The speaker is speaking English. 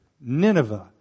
Nineveh